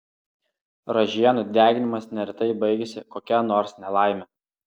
ražienų deginimas neretai baigiasi kokia nors nelaime